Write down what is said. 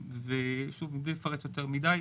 בלי לפרט יותר מדי,